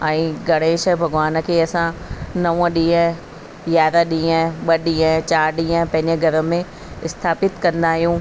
ऐं गणेश भॻवान खे असां नव ॾींहं यारहां ॾींहं ॿ ॾींहं चार ॾींहं पंहिंजे घर में स्थापित कंदा आहियूं